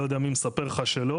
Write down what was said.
לא יודע מי מספר לך שלא.